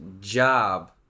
job